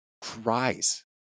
cries